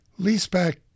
Leaseback